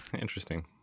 interesting